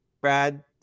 Brad